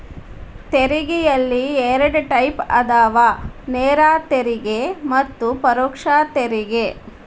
ತೆರಿಗೆಯಲ್ಲಿ ಎರಡ್ ಟೈಪ್ ಅದಾವ ನೇರ ತೆರಿಗೆ ಮತ್ತ ಪರೋಕ್ಷ ತೆರಿಗೆ